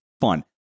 Fun